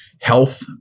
health